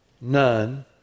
none